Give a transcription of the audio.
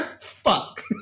Fuck